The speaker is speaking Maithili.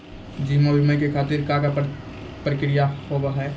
जीवन बीमा के खातिर का का प्रक्रिया हाव हाय?